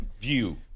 view